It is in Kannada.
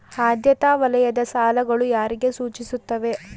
ಆದ್ಯತಾ ವಲಯದ ಸಾಲಗಳು ಯಾರಿಗೆ ಸೂಚಿಸುತ್ತವೆ?